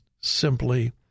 simply